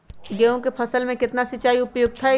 गेंहू के फसल में केतना सिंचाई उपयुक्त हाइ?